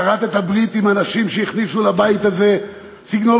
כרַתָּ ברית עם אנשים שהכניסו לבית הזה סגנון